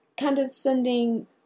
condescending